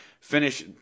finish